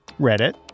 Reddit